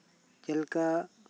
ᱡᱮᱞᱮᱠᱟ